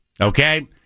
okay